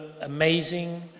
amazing